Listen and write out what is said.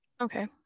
Okay